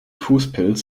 fußpilz